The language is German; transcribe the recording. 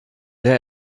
der